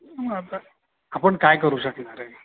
आता आपण काय करू शकणार आहे